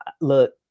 look